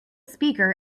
speaker